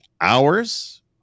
hours